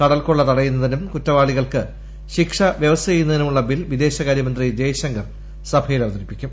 കടൽക്കൊള്ള തടയുന്നതിനും കുറ്റവാളികൾക്ക് ശിക്ഷ വൃവസ്ഥ ചെയ്യുന്നതിനുമുള്ള ബിൽ വിദേശകാര്യമന്ത്രി ജയ്ശങ്കർ സഭയിൽ അവതരിപ്പിക്കും